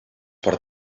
por